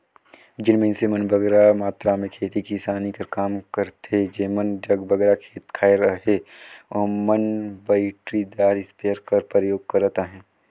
जेन मइनसे मन बगरा मातरा में खेती किसानी कर काम करथे जेमन जग बगरा खेत खाएर अहे ओमन बइटरीदार इस्पेयर कर परयोग करत अहें